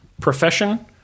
profession